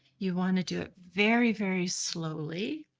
you want to do it very very slowly.